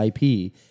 IP